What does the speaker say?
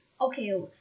okay